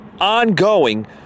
ongoing